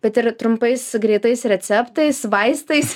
bet ir trumpais greitais receptais vaistais